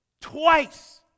twice